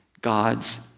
God's